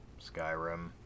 Skyrim